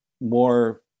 more